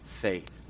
faith